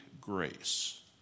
grace